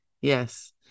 yes